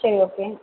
சரி ஓகே